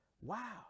Wow